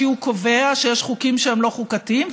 כי הוא קובע שיש חוקים שהם לא חוקתיים,